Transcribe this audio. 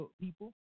people